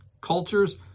cultures